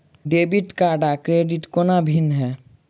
Debit card आ credit कोना भिन्न है?